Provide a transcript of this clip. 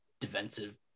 defensive